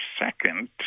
second